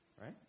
right